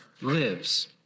lives